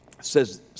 says